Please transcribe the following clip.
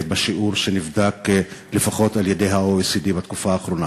השיעור שנבדק לפחות על-ידי ה-OECD בתקופה האחרונה.